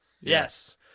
Yes